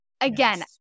Again